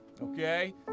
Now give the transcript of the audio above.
okay